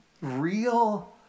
real